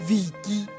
Vicky